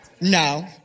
No